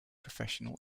professional